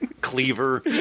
Cleaver